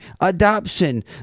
adoption